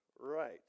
Right